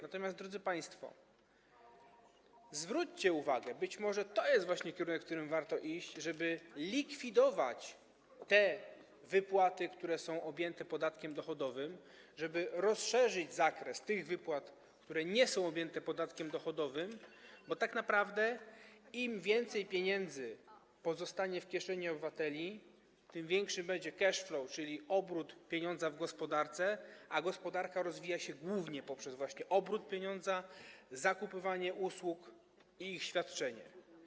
Natomiast, drodzy państwo, zwróćcie uwagę: być może to jest właśnie kierunek, w którym warto iść, tak żeby likwidować te wypłaty, które są objęte podatkiem dochodowym, i rozszerzyć zakres tych wypłat, które nie są objęte podatkiem dochodowym, bo tak naprawdę im więcej pieniędzy pozostanie w kieszeni obywateli, tym większy będzie cash flow, czyli obrót pieniądza w gospodarce, a gospodarka rozwija się głównie poprzez właśnie obrót pieniądza, zakupywanie usług i ich świadczenie.